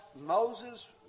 Moses